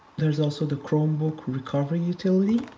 there's also the chromebook recovery utility,